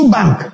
Bank